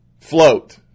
float